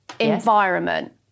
environment